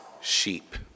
sheep